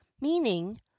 meaning